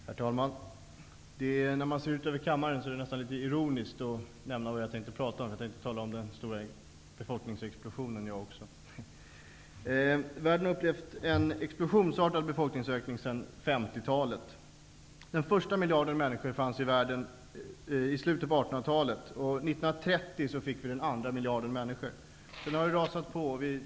Herr talman! När man ser ut över kammaren känns det nästan litet ironiskt med det ämne jag skall tala om. Jag tänker tala om befolkningsexplosionen. Vi har nu upplevt en explosionsartad befolkningsökning sedan 1950-talet. Den första miljarden människor fanns i världen i slutet på 1800-talet. 1930 fick vi den andra miljarden människor. Sedan har det rasat på.